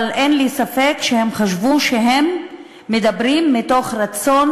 אבל אין לי ספק שהם חשבו שהם מדברים מתוך רצון